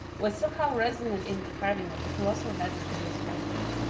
were somehow resonant in the carving of the colossal heads of the us presidents.